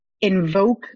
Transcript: invoke